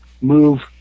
move